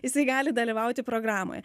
jisai gali dalyvauti programoje